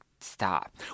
stop